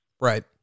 Right